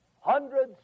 hundreds